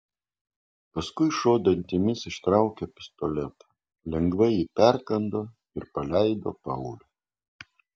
paskui šuo dantimis ištraukė pistoletą lengvai jį perkando ir paleido paulių